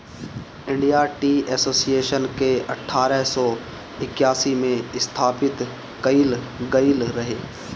India tea association के अठारह सौ इक्यासी में स्थापित कईल गईल रहे